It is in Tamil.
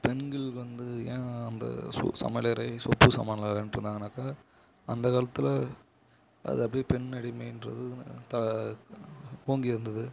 பெண்கள் வந்து ஏன் அந்த சமையல் அறை சொப்பு சாமான்லாம் விளாண்ட்டுருந்தாங்கனாக்கா அந்த காலத்தில் அது அப்படியே பெண் அடிமைன்றது ஓங்கி இருந்தது